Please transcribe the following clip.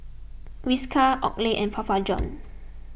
Whiskas Oakley and Papa Johns